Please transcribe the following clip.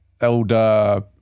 elder